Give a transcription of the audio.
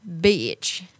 bitch